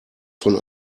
von